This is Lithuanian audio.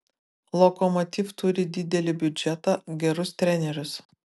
lokomotiv turi didelį biudžetą gerus trenerius